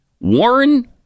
Warren